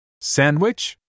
Sandwich